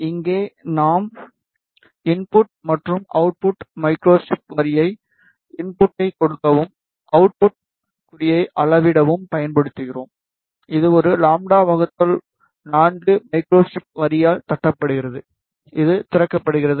இங்கே நாம் இன்புட் மற்றும் அவுட்புட் மைக்ரோஸ்ட்ரிப் வரியை இன்புட்டைக் கொடுக்கவும் அவுட்புட் குறியை அளவிடவும் பயன்படுத்துகிறோம் இது ஒரு λ 4 மைக்ரோஸ்ட்ரிப் வரியால் தட்டப்படுகிறது இது திறக்கப்படுகிறது